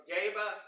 Gaba